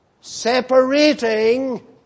Separating